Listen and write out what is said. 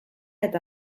eta